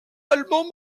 allemand